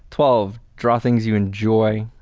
twelve, draw things you enjoy.